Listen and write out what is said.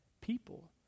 people